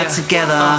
together